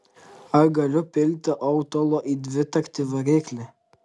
ar galiu pilti autolo į dvitaktį variklį